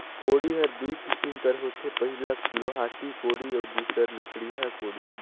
कोड़ी हर दुई किसिम कर होथे पहिला लोहाटी कोड़ी अउ दूसर लकड़िहा कोड़ी